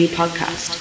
podcast